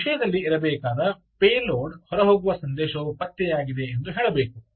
ಈಗ ಈ ವಿಷಯದಲ್ಲಿ ಇರಬೇಕಾದ ಪೇ ಲೋಡ್ ಹೊರಹೋಗುವ ಸಂದೇಶವು ಪತ್ತೆಯಾಗಿದೆ ಎಂದು ಹೇಳಬೇಕು